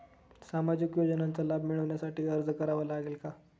सामाजिक योजनांचा लाभ मिळविण्यासाठी अर्ज करावा लागेल का?